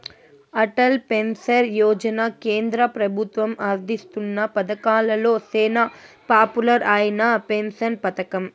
Atal pension Yojana కేంద్ర పెబుత్వం అందిస్తున్న పతకాలలో సేనా పాపులర్ అయిన పెన్సన్ పతకం